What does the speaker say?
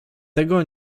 tego